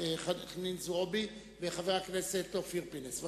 חנין זועבי וחבר הכנסת אופיר פינס.